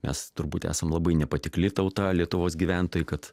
nes turbūt esam labai nepatikli tauta lietuvos gyventojai kad